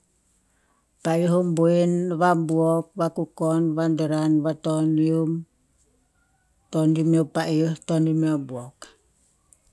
Pa'eh o boen, vabuok, vakukon, vadoran, vatonium, tonium meo pa'eoh, tonium meo buok